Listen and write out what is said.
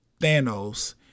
Thanos